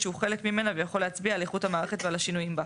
שהוא חלק ממנה ויכול להצביע על איכות המערכת ועל השינויים בה".